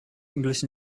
english